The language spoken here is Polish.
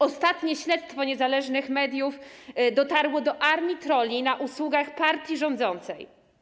Ostatnie śledztwo niezależnych mediów dotarło do armii trolli na usługach partii rządzącej.